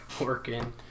working